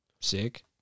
Sick